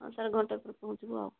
ହଁ ସାର୍ ଘଣ୍ଟେ ପରେ ପହଞ୍ଚିବୁ ଆଉ